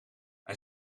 hij